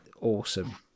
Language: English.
awesome